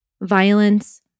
violence